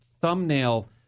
thumbnail